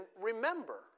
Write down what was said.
remember